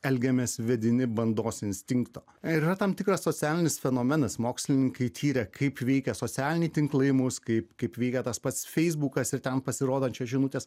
elgiamės vedini bandos instinkto yra tam tikras socialinis fenomenas mokslininkai tyrė kaip vykę socialiniai tinklai mus kaip kaip vykdę tas pats feisbukas ir ten pasirodančias žinutes